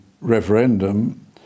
referendum